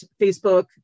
Facebook